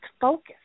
focus